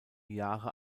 jahre